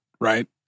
right